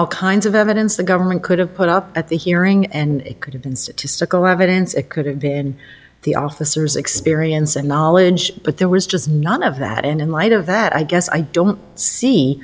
all kinds of evidence the government could have put up at the hearing and it could have been statistical evidence it could have been the officers experience and knowledge but there was just none of that and in light of that i guess i don't see